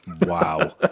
Wow